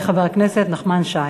יעלה חבר הכנסת נחמן שי.